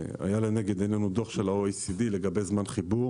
לנגד עינינו עמד דוח של ה-OECD לגבי זמן חיבור.